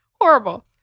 Horrible